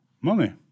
money